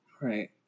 Right